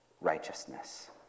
righteousness